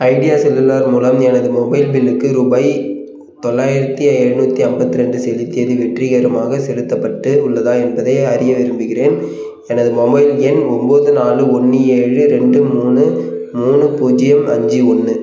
idea Cellular மூலம் எனது mobile பில்லுக்கு ரூபாய் தொள்ளாயிரத்தி ஏழ்நூற்றி ஐம்பத்தி ரெண்டு செலுத்தியது வெற்றிகரமாக செலுத்தப்பட்டு உள்ளதா என்பதை அறிய விரும்புகிறேன் எனது மொபைல் எண் ஒம்பது நாலு ஒன்று ஏழு ரெண்டு மூணு மூணு பூஜ்ஜியம் அஞ்சு ஒன்று